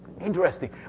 Interesting